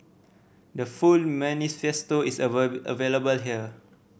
the full manifesto is available here